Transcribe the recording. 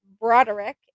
broderick